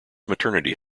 maternity